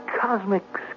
cosmic